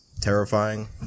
terrifying